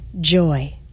joy